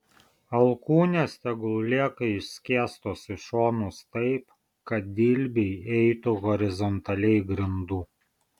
alkūnės tegul lieka išskėstos į šonus taip kad dilbiai eitų horizontaliai grindų